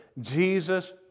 Jesus